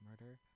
murder